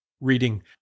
reading